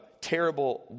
terrible